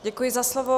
Děkuji za slovo.